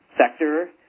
sector